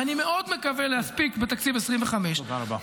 ואני מאוד מקווה להספיק בתקציב 2025 -- תודה רבה.